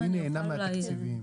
מי נהנה מהתקציבים?